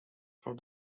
for